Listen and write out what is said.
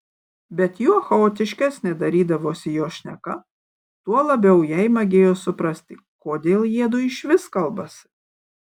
bet juo chaotiškesnė darydavosi jo šneka tuo labiau jai magėjo suprasti kodėl jiedu išvis kalbasi